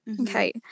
Okay